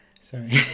sorry